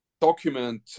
document